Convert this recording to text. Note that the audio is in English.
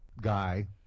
guy